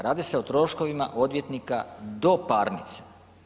Radi se o troškovima odvjetnika do parnice.